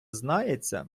знається